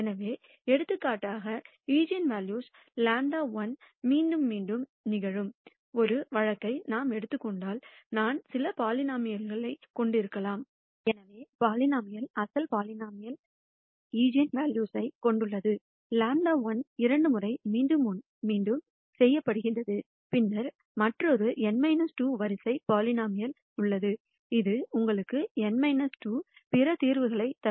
எனவே எடுத்துக்காட்டாக ஈஜென்வெல்யூ λ₁ மீண்டும் மீண்டும் நிகழும் ஒரு வழக்கை நாம் எடுத்துக் கொண்டால் நான் சில பலினோமினல் கொண்டிருக்கலாம் எனவே பலினோமினல் அசல் பலினோமினல் ஈஜென்வெல்யூவைக் கொண்டுள்ளது λ₁ இரண்டு முறை மீண்டும் மீண்டும் செய்யப்படுகிறது பின்னர் மற்றொரு n 2 வரிசை பலினோமினல் உள்ளது இது உங்களுக்கு n 2 பிற தீர்வுகளைத் தரும்